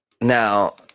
now